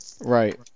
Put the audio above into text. right